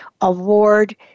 award